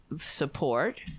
support